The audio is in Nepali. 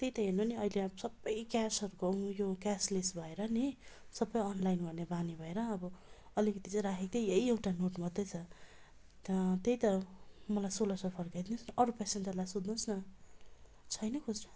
त्यही त हेर्नु नि अहिले अब सबै क्यासहरूको यो क्यास लेस भएर नि सबै अनलाइन गर्ने बानी भएर अब अलिकिति चाहिँ राखेको थिएँ यही एउटा नोट मात्रै छ अन्त त्यही त मलाई सोह्र सय फर्काइदिनु होस् अरू पेसेन्जरलाई सोध्नु होस् न छैन खुजुरा